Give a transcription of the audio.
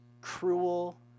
cruel